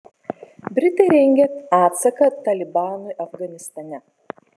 britai rengia atsaką talibanui afganistane